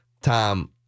Tom